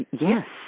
Yes